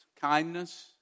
kindness